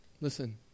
listen